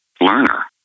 learner